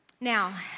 Now